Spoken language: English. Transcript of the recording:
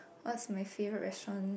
what's my favorite restaurant